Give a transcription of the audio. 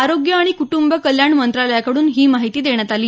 आरोग्य आणि कुटुंब कल्याण मंत्रालयाकडून ही माहिती देण्यात आली